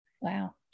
Wow